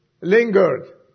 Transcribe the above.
lingered